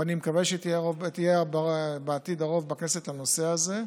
ואני מקווה שבעתיד יהיה רוב בכנסת לנושא הזה,